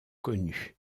connus